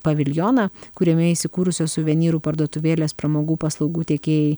paviljoną kuriame įsikūrusios suvenyrų parduotuvėlės pramogų paslaugų tiekėjai